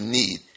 need